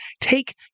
take